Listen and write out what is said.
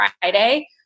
Friday